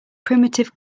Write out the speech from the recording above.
primitive